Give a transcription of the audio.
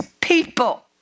people